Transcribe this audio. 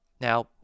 now